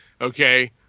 Okay